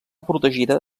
protegida